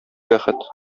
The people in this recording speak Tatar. бәхет